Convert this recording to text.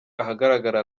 ahagaragara